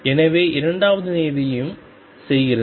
எனவே இரண்டாவது நியதியும் செய்கிறது